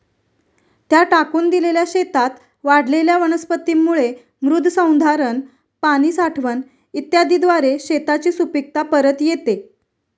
त्या टाकून दिलेल्या शेतात वाढलेल्या वनस्पतींमुळे मृदसंधारण, पाणी साठवण इत्यादीद्वारे शेताची सुपीकता परत येते